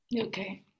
okay